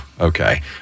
Okay